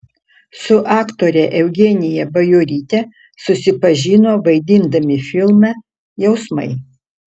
su aktore eugenija bajoryte susipažino vaidindami filme jausmai